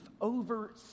over